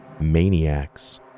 maniacs